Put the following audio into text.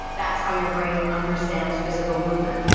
that's how your brain understands physical movement.